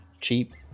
cheap